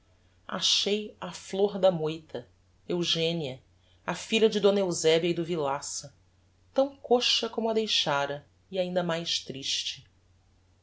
achei a flôr da moita eugenia a filha de d eusebia e do villaça tão coxa como a deixara e ainda mais triste